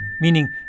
meaning